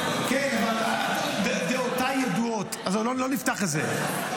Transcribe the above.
--- כן, אבל דעותיי ידועות, לא נפתח את זה.